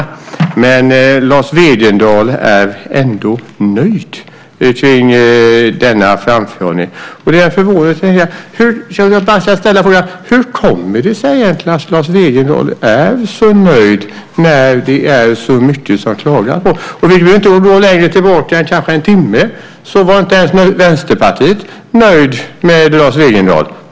Lars Wegendal är ändå nöjd med denna framförhållning. Då vill jag bara ställa frågan: Hur kommer det sig egentligen att Lars Wegendal är så nöjd när det är så mycket som man klagar på? Vi behöver inte gå längre tillbaka än en timme. Då var inte ens Vänsterpartiet nöjt med Lars Wegendal.